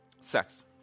Sex